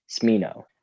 Smino